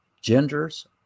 genders